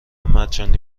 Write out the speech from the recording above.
مجانی